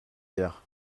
hier